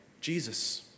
Jesus